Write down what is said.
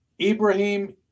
Ibrahim